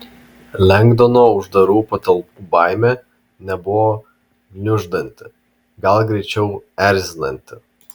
lengdono uždarų patalpų baimė nebuvo gniuždanti gal greičiau erzinanti